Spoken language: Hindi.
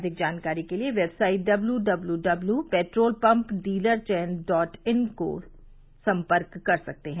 अधिक जानकारी के लिए website W W petrol pump dealer चयन डॉट इन को सम्पर्क कर सकते हैं